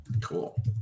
Cool